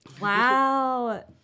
Wow